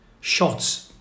shots